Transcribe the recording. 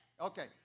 Okay